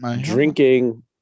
drinking